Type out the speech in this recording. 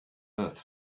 earth